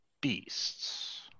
beasts